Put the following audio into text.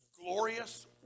glorious